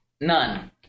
None